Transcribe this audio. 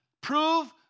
Prove